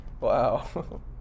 Wow